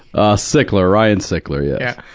ah, sickler, ryan sickler, yeah